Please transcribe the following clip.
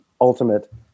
ultimate